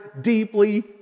deeply